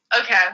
okay